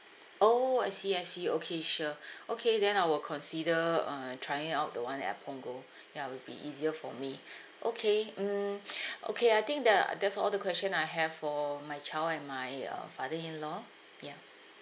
oh I see I see okay sure okay then I will consider uh trying out the one at punggol ya it'll be easier for me okay mm okay I think tha~ that's all the question I have for my child and my uh father in law ya